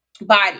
body